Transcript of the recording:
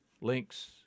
Links